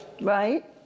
Right